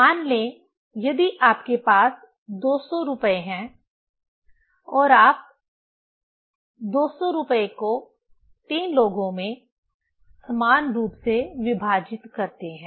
मान लें यदि आपके पास 200 रुपये हैं और आप 200 रुपये को 3 लोगों में समान रूप से विभाजित करते हैं